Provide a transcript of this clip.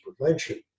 prevention